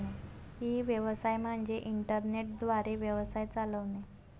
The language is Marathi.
ई व्यवसाय म्हणजे इंटरनेट द्वारे व्यवसाय चालवणे